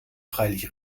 freilich